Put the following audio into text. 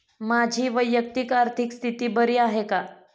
माझी वैयक्तिक आर्थिक स्थिती बरी आहे का?